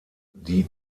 die